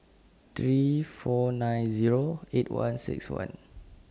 three four nine Zero eight one six one